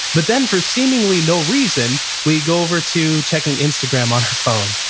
but then for seemingly no reason we go over to checking instagram on our phone.